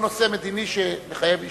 זה לא נושא מדיני שמחייב אשרור.